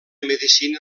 medicina